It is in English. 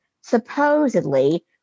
supposedly